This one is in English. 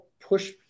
push